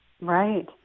Right